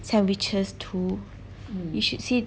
sandwiches too you should see